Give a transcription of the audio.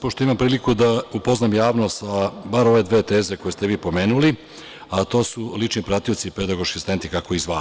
Pošto imam priliku da poznam javnost sa, bar ove dve teze, koje ste vi pomenuli, a to su lični pratioci, pedagoški asistenti kako ih zovemo.